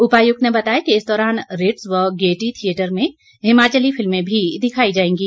उपायुक्त ने बताया कि इस दौरान रिट्ज़ व गेयटी थियेटर में हिमाचली फिल्में भी दिखाई जाएंगी